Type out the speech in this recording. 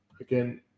again